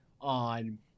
on